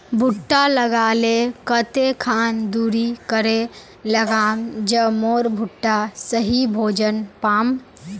भुट्टा लगा ले कते खान दूरी करे लगाम ज मोर भुट्टा सही भोजन पाम?